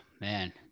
Man